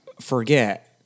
forget